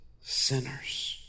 sinners